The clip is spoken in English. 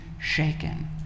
shaken